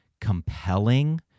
compelling